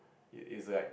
it is like